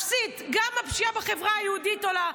גם הפשיעה בחברה היהודית עולה,